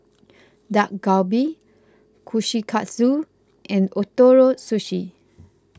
Dak Galbi Kushikatsu and Ootoro Sushi